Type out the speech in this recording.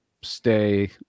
stay